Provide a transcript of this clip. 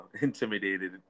intimidated